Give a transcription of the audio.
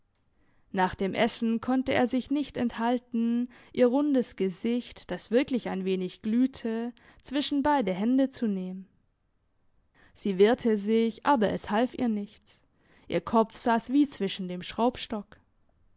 nach dem essen konnte er sich nicht enthalten ihr rundes gesicht das wirklich ein wenig glühte zwischen beide hände zu nehmen sie wehrte sich aber es half ihr nichts ihr kopf sass wie zwischen dem